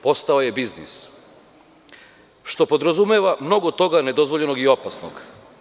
Postao je biznis, što podrazumeva mnogo toga nedozvoljenog i opasnog.